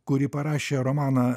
kuri parašė romaną